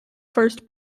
first